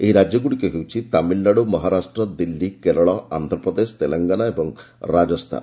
ଏହି ରାଜ୍ୟଗୁଡ଼ିକ ହେଉଛି ତାମିଲନାଡୁ ମହାରାଷ୍ଟ୍ର ଦିଲ୍ଲୀ କେରଳ ଆନ୍ଧ୍ରପ୍ରଦେଶ ତେଲଙ୍ଗାନା ଏବଂ ରାଜସ୍ଥାନ